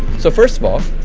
so first of all,